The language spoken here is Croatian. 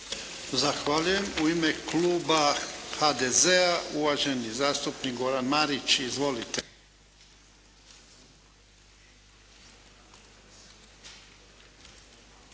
Zahvaljujem. U ime kluba HDZ-a, uvaženi zastupnik Goran Marić. Izvolite.